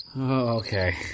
Okay